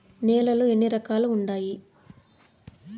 నేలలు ఎన్ని రకాలు వుండాయి?